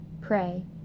pray